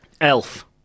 Elf